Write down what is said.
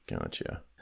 gotcha